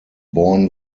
born